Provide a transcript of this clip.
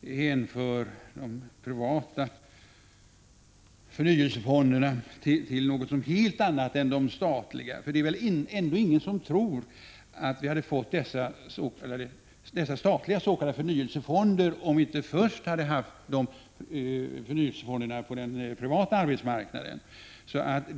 gör hänföra de privata förnyelsefonderna till något helt annat än de statliga. Det är väl ändå ingen som tror att vi hade fått de s.k. förnyelsefonderna på den statliga sidan om vi inte först hade haft förnyelsefonderna på den privata arbetsmarknaden.